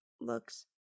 looks